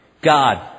God